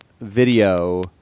video